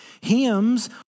Hymns